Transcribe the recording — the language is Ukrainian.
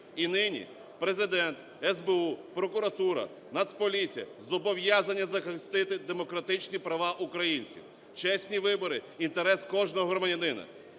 І нині Президент, СБУ, прокуратура, Нацполіція зобов'язані захистити демократичні права українців. Чесні вибори - інтерес кожного громадянина.